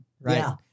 Right